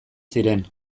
ziren